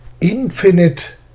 infinite